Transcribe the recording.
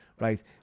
right